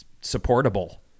supportable